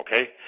okay